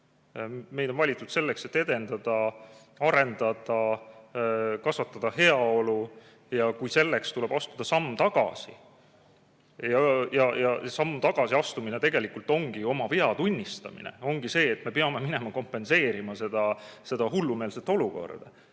Meid on valitud selleks, et edendada, arendada, kasvatada heaolu, [isegi kui] selleks tuleb astuda samm tagasi. Ja samm tagasi astumine tegelikult ongi oma vea tunnistamine ja ongi nii, et me peame hakkama seda kompenseerima, seda hullumeelset olukorda.